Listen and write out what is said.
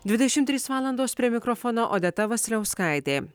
dvidešim trys valandos prie mikrofono odeta vasiliauskaitė